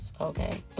okay